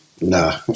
Nah